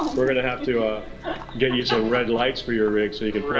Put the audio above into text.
we're gonna have to ah get you some red lights for your rig so you can